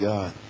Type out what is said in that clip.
God